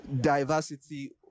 diversity